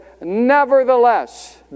Nevertheless